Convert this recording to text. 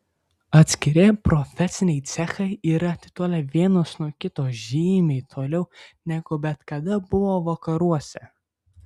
atskiri profesiniai cechai yra atitolę vienas nuo kito žymiai toliau negu bet kada buvo vakaruose